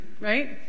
right